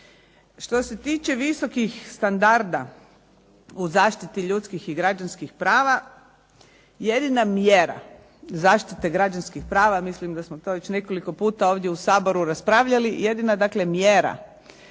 Što se tiče visokih standarda u zaštiti ljudskih i građanskih prava, jedina mjera zaštite građanskih prava, mislim da smo to već nekoliko puta ovdje u Saboru raspravljali, jedina dakle